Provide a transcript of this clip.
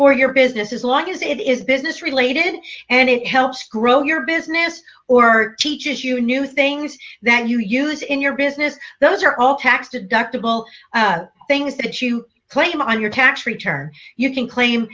for your business as long as it is business related and it helps grow your business or art teaches you new things that you use in your business those are all tax deductible things that you claim on your tax return you can claim